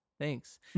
Thanks